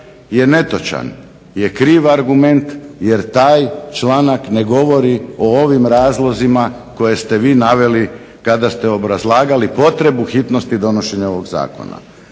je netočan, je kriv argument, jer taj članak ne govori o ovim razlozima koje ste vi naveli kada ste obrazlagali potrebu hitnosti donošenja ovog Zakona.